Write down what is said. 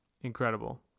Incredible